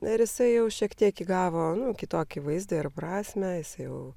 na ir jisai jau šiek tiek įgavo kitokį vaizdą ir prasmę jis jau